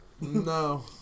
No